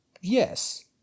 yes